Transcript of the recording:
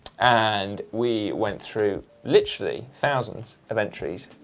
and we went through literally thousands of entries.